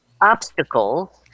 obstacles